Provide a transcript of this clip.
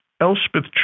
Elspeth